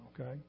okay